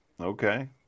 Okay